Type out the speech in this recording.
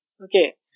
Okay